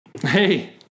hey